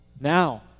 Now